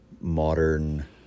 modern